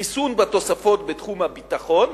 ריסון בתוספות בתחום הביטחון